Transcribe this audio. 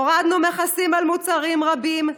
הורדנו מכסים על מוצרים רבים,